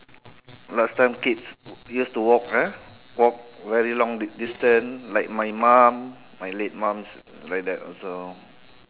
last time kids used to walk ah walk very long distance like my mum my late mum's like that also